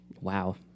Wow